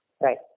Right